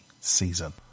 season